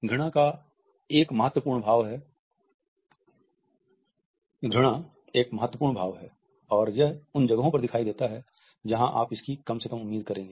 घृणा एक महत्वपूर्ण भाव है और यह उन जगहों पर दिखाई देता है जहां आप इसकी कम से कम उम्मीद करेंगे